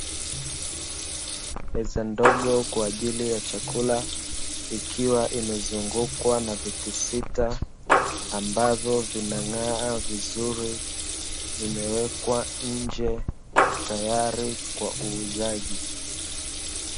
Meza ndogo kwa ajili ya chakula ikiwa imezungukwa na viti sita ambavyo vinang'aa vizuri vimewekwa nje tayari kwa uuzaji.